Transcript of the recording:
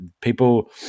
people